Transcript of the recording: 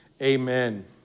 amen